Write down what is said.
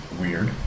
weird